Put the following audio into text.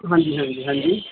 ਹਾਂਜੀ ਹਾਂਜੀ ਹਾਂਜੀ